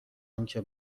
آنکه